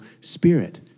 spirit